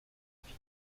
vie